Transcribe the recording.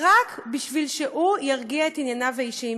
רק בשביל שהוא ירגיע את ענייניו האישיים,